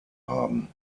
haben